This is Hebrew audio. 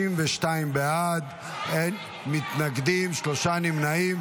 62 בעד, אין מתנגדים, שלושה נמנעים.